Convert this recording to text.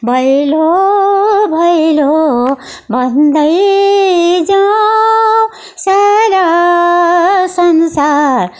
भैलो भैलो भन्दै जाऊँ सारा संसार